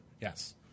Yes